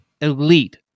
elite